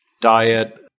diet